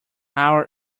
our